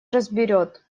разберет